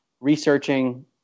researching